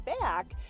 back